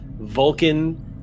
Vulcan